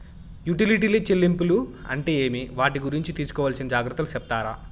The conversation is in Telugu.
యుటిలిటీ చెల్లింపులు అంటే ఏమి? వాటి గురించి తీసుకోవాల్సిన జాగ్రత్తలు సెప్తారా?